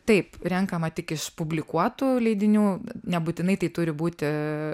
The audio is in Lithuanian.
taip renkama tik iš publikuotų leidinių nebūtinai tai turi būti